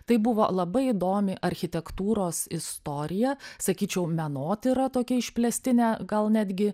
tai buvo labai įdomi architektūros istorija sakyčiau menotyra tokia išplėstinė gal netgi